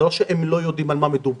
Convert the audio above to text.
זה לא שהם לא יודעים על מה מדובר.